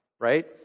right